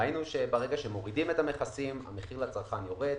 ראינו שכאשר מורידים את המכסים המחיר לצרכן יורד.